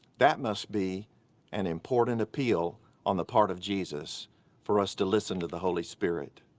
that must be an important appeal on the part of jesus for us to listen to the holy spirit.